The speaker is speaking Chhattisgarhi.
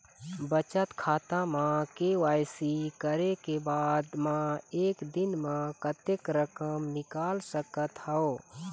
बचत खाता म के.वाई.सी करे के बाद म एक दिन म कतेक रकम निकाल सकत हव?